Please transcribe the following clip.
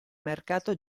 mercato